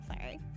sorry